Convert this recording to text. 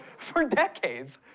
for decades,